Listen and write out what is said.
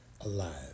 alive